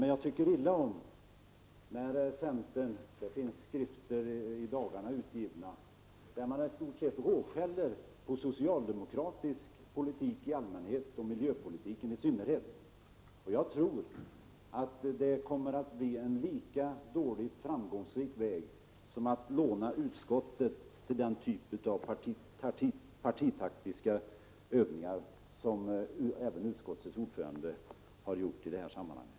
Men jag tycker illa om när centern, som i skrifter som getts ut i dagarna, istort sett råskäller på socialdemokratisk politik i allmänhet och miljöpolitik i synnerhet. Jag tror att den vägen kommer att bli lika litet framgångsrik som att låna utskottet till den typ av partitaktiska övningar som utskottets ordförande har gjort i det här sammanhanget.